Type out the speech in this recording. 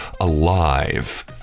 alive